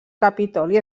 capitoli